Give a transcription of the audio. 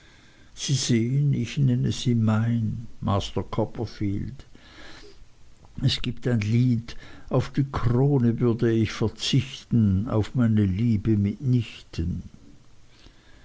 sie sehen ich nenne sie mein master copperfield es gibt ein lied auf die krone würde ich verzichten auf meine lieb mitnichten